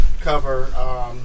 cover